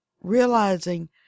Realizing